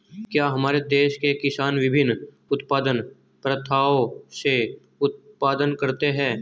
क्या हमारे देश के किसान विभिन्न उत्पादन प्रथाओ से उत्पादन करते हैं?